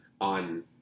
on